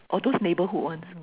oh those neighborhood ones